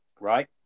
right